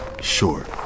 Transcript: Sure